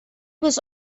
was